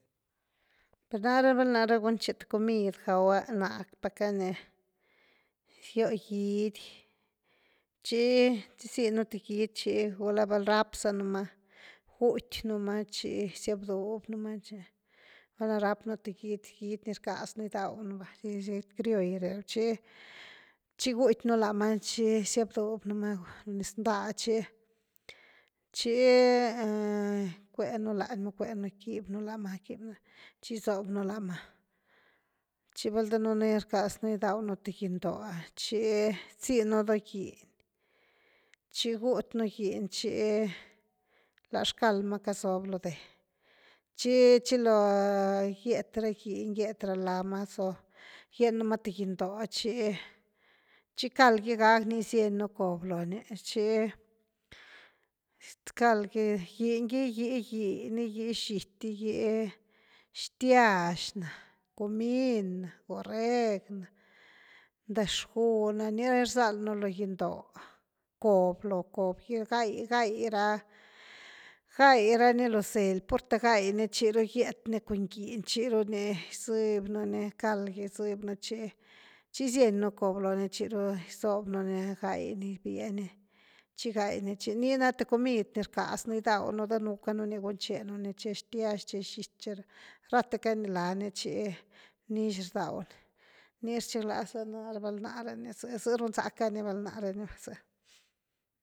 Per nare, vel nare gunche th comid gawa napa ka ni, gyo gidy, tchi chiozy nú th gidy chi gula val rap zanu ma, guty nú ma chi giziab duby nú lama tchi, val’na rap nú th gidy, gidy bni rcaz nú gidaw nú va, gdy criolll rebia, tchi-tchi guty nú lama tchi gizyab duby nú ma lo niz ndáh chi, chi cuenu lanynma quiby nú lama guibi nu, chi gizob nú lama, tchi valna danuun rcaz nu gidaw nú th giny doh, tchi gizinu do giny tchi gut nú giny tchi la axcald ma cazob lo deh, tchi chilo giet ra giny giet ra lá ma, gien nú ma th giny doh chi-chi cald gy ga ni gizyen nú cob loni tchi, cald gy, giny gy gigí ni, gigí zity, gigí xtyaz na comin na oreg na bndax gu na, niini rzal nú lo giny doh, cob lo cob gi gai-gai ra gai ra ni lo zely, purte gai ni, chi ru giet ni cun giny chiru ni gizëb nú ni cald gy, gizëbnu ni tchiru gizien nú cob lo ni, chiru gizob nú ni gai ni gibie ni, gai ni tchi ni na th comid ni rcaz nu gidau nú, danu canu ni gunchenu ni che xtyax, che xity, rathe ca lá ni tchi nix rdaw ni, ni rchiglaza val nare ni va, zë run zacka ni val náre ni va.